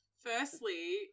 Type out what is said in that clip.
firstly